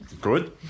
Good